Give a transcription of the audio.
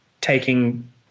taking